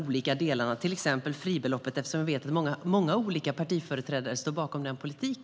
Till exempel gäller det fribeloppet, eftersom vi vet att många olika partiföreträdare står bakom denna politik.